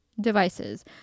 devices